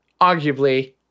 arguably